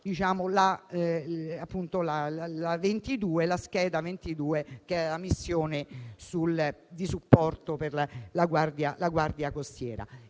la scheda 22, che è la missione di supporto per la Guardia costiera